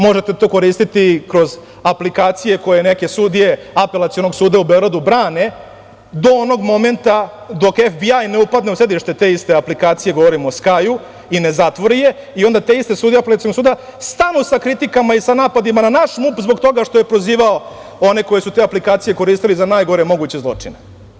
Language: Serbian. Možete to koristiti kroz aplikacije koje neke sudije Apelacionog suda u Beogradu brane do onog momenta dok FBI ne upadne u sedište te iste aplikacije, govorim o „Skaju“, i ne zatvori je i onda te iste sudije Apelacionog suda stalno sa kritikama i sa napadima na naš MUP zbog toga što je pozivao one koji su te aplikacije koristili za najgore moguće zločine.